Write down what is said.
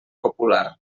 popular